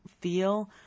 feel